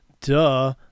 duh